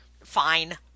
fine